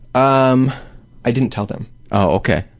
um i didn't tell them. okay.